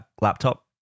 laptop